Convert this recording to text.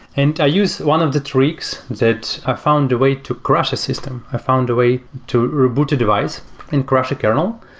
and i use one of the tricks that i found a way to crash a system. i found a way to reboot a device and crash a kernel.